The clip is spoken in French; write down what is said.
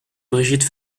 brigitte